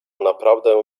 naprawdę